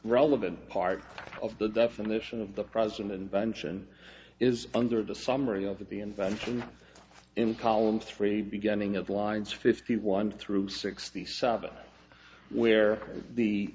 relevant part of the definition of the present invention is under the summary of the invention in column three beginning at lines fifty one through sixty seven where the